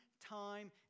time